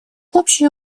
общее